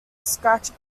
scratch